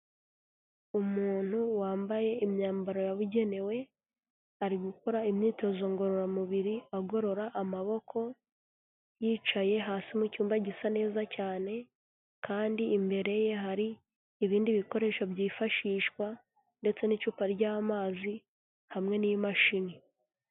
Umuntu wambaye imyambaro yabugenewe, ari gukora imyitozo ngororamubiri agorora amaboko, yicaye hasi mu cyumba gisa neza cyane kandi imbere ye hari ibindi bikoresho byifashishwa ndetse n'icupa ry'amazi hamwe n'imashini.